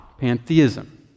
Pantheism